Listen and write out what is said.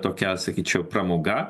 tokia sakyčiau pramoga